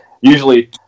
usually